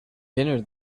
dinner